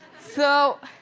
so,